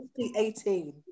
2018